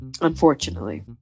Unfortunately